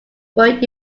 but